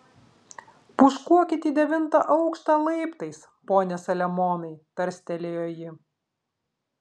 pūškuokit į devintą aukštą laiptais pone saliamonai tarstelėjo ji